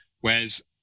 Whereas